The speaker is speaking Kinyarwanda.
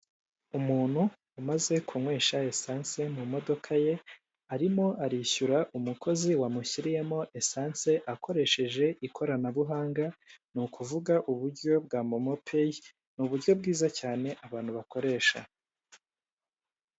Umuntu umaze kunywesha lisanse mu modoka ye, arimo arishyura umukozi wamushyiriyemo esanse akoresheje ikoranabuhanga, ni ukuvuga uburyo bwa momopeyi, ni uburyo bwiza cyane abantu bakoresha.